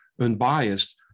unbiased